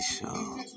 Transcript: show